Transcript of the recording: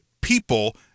people